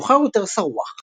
ומאוחר יותר סרוואח.